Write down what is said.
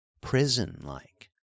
prison-like